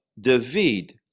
David